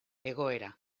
egoera